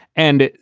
and,